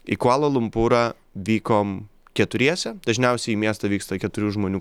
į kvala lumpūrą vykom keturiese dažniausiai į miestą vyksta keturių žmonių